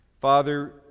Father